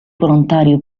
volontario